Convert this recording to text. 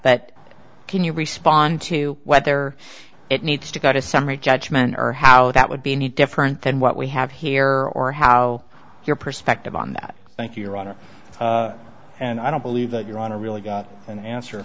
but can you respond to what there it needs to go to summary judgment or how that would be any different than what we have here or how your perspective on that thank you your honor and i don't believe that your honor really got an answer